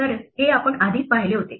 तर हे आपण आधीच पाहिले होते